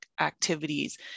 activities